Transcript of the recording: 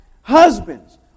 Husbands